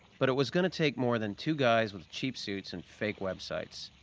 but it was gonna take more than two guys with cheap suits and fake websites.